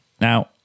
Now